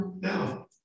Now